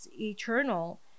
eternal